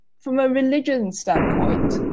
from a religion standpoint,